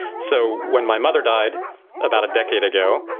so when my mother died about a decade ago,